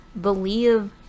believe